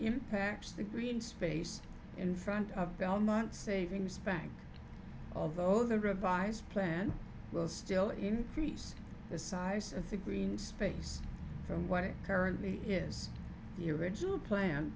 impacts the green space in front of belmont savings bank although the revised plan will still increase the size of the green space from what it currently is the original plan